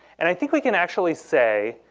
and i think we can actually say,